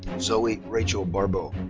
zoe rochelle barbeau.